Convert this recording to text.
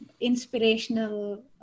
inspirational